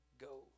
go